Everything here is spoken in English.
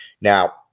now